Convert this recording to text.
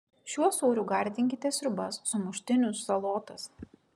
šiuo sūriu gardinkite sriubas sumuštinius salotas